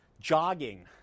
jogging